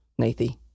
Nathy